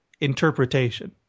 interpretation